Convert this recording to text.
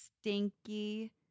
stinky